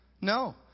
No